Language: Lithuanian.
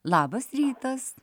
labas rytas